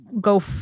go